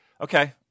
Okay